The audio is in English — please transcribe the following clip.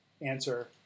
answer